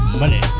money